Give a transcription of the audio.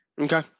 Okay